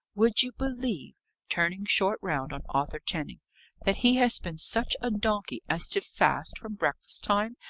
would you believe turning short round on arthur channing that he has been such a donkey as to fast from breakfast time?